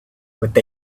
with